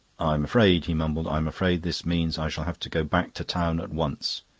i'm afraid, he mumbled, i'm afraid this means i shall have to go back to town at once.